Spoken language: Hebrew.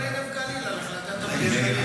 נעשה דיון בנגב-גליל על החלטת הממשלה.